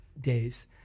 days